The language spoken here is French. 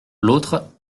l’autre